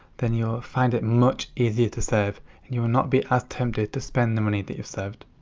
then you'll find it much easier to save. and you will not be as tempted to spend the money that you've saved.